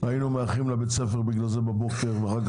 בגלל זה היינו מאחרים לבית הספר בבוקר ואחר כך